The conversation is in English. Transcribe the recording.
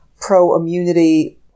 pro-immunity